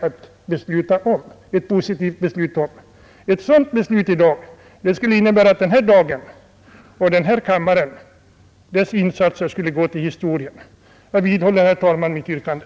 Ett sådant positivt beslut i dag skulle innebära att den här dagen och den här kammarens insatser skulle gå till historien. Jag vidhåller, herr talman, mitt yrkande.